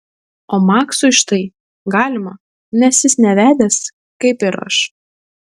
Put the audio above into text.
o maksui štai galima nes jis nevedęs kaip ir aš